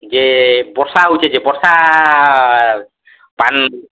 ଯେ ବର୍ଷା ହଉଛେ ଯେ ବର୍ଷା ପାଏନ